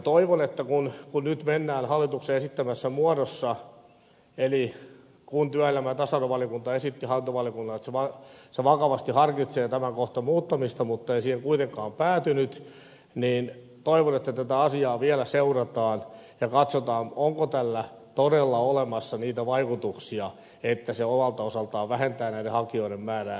toivon että kun nyt mennään hallituksen esittämässä muodossa eli vaikka työelämä ja tasa arvovaliokunta esitti hallintovaliokunnalle että se vakavasti harkitsee tämän kohdan muuttamista se ei siihen kuitenkaan päätynyt tätä asiaa vielä seurataan ja katsotaan onko tällä todella olemassa niitä vaikutuksia että se omalta osaltaan vähentää hakijoiden määrää